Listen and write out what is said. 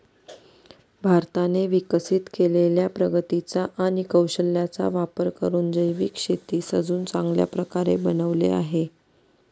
भारताने विकसित केलेल्या प्रगतीचा आणि कौशल्याचा वापर करून जैविक शेतीस अजून चांगल्या प्रकारे बनवले आहे